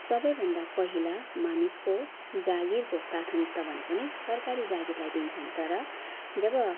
सबैभन्दा पहिला मानिसको जागिरको प्राथमिकता भनेको नै सरकारी जागिरलाई दिन्छन् तर जब